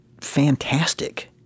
fantastic